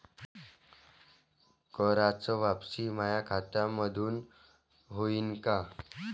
कराच वापसी माया खात्यामंधून होईन का?